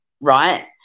Right